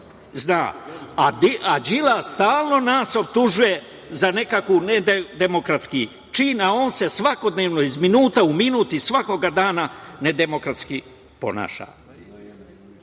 zna. Đilas stalno nas optužuje za nekakav nedemokratski čin, a on se svakodnevno iz minuta u minut i svakoga dana nedemokratski ponaša. Đilas